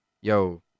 yo